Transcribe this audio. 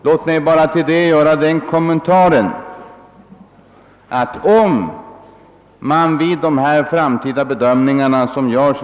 Låt mig till detta endast foga den kommentaren att om man vid de framtida bedömningar, som görs.